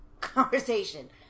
conversation